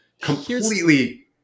completely